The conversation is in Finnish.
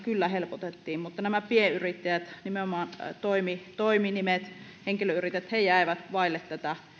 kyllä helpotettiin mutta nämä pienyrittäjät nimenomaan toiminimet ja henkilöyrittäjät jäivät vaille tätä